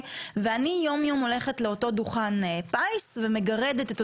ויום-יום אני הולכת לאותו דוכן פיס ומגרדת,